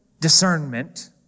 discernment